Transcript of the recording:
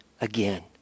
again